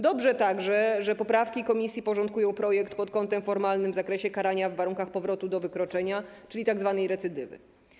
Dobrze także, że poprawki komisji porządkują projekt pod kątem formalnym w zakresie karania w warunkach powrotu do wykroczenia, czyli tzw. recydywy.